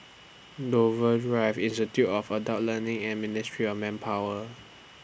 Dover Drive Institute of Adult Learning and Ministry of Manpower